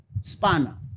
spanner